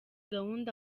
gahunda